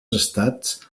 estats